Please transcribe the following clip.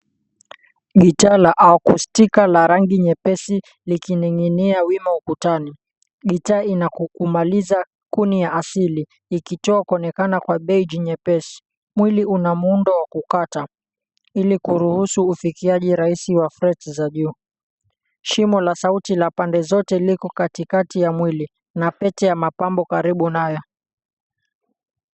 Gitaa la akostika la rangi nyepesi likining'inia wima ukutani. Gitaa inakukumaliza kuni ya asili ikitoa kuonekana kwa beiji nyepesi. Mwili una muundo wa kukata, ili kuruhusu ufikiaji rais wa frets za juu. Shimo la sauti la pande zote liko katikati ya mwili na pete ya mapambo karibu nayo.